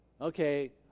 okay